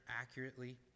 accurately